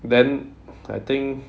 then I think